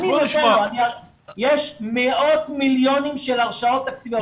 יש מאות מיליונים של הרשאות תקציביות.